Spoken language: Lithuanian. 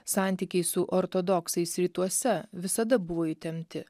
santykiai su ortodoksais rytuose visada buvo įtempti